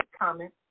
Comment